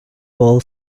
ball